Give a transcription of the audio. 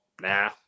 nah